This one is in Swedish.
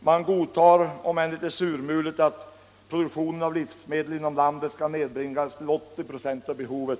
Man godtog, om än litet surmulet, att produktionen av livsmedel inom landet skulle nedbringas till 80 96 av behovet.